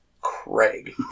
Craig